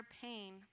pain